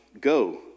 Go